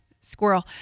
Squirrel